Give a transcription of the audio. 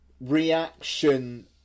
reaction